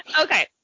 Okay